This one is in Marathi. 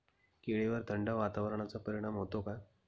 केळीवर थंड वातावरणाचा परिणाम होतो का?